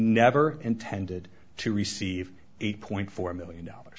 never intended to receive eight point four million dollars